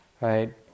right